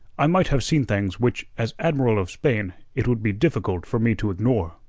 i might have seen things which as admiral of spain it would be difficult for me to ignore.